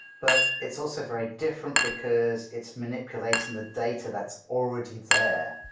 but it's also very different because it's manipulating the data that's already there.